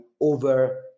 over